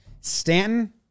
Stanton